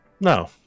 No